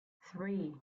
three